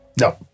No